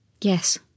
Yes